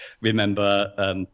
remember